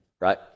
Right